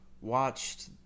watched